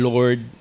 Lord